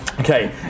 Okay